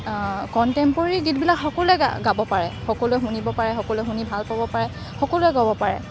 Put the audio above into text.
contemporary গীতবিলাক সকলোৱে গাব পাৰে সকলোৱে শুনিব পাৰে সকলোৱে শুনি ভাল পাব পাৰে সকলোৱে গাব পাৰে